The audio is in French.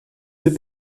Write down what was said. deux